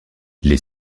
les